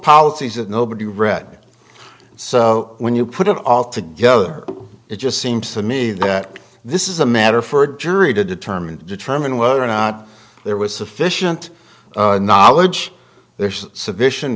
policies that nobody read so when you put it all together it just seems to me that this is a matter for a jury to determine determine whether or not there was sufficient knowledge there's sufficient